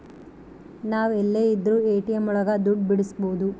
ನಾವ್ ಎಲ್ಲೆ ಇದ್ರೂ ಎ.ಟಿ.ಎಂ ಒಳಗ ದುಡ್ಡು ಬಿಡ್ಸ್ಕೊಬೋದು